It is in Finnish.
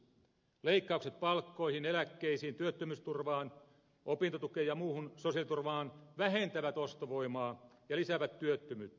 leikkaukset palkkoihin eläkkeisiin työttömyysturvaan opintotukeen ja muuhun sosiaaliturvaan vähentävät ostovoimaa ja lisäävät työttömyyttä